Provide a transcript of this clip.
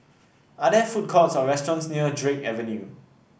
are there food courts or restaurants near Drake Avenue